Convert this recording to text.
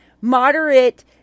moderate